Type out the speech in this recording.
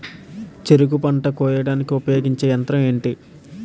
చెరుకు పంట కోయడానికి ఉపయోగించే యంత్రం ఎంటి?